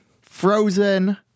frozen